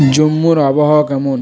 জম্মুর আবহাওয়া কেমন